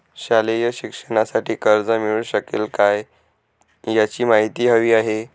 शालेय शिक्षणासाठी कर्ज मिळू शकेल काय? याची माहिती हवी आहे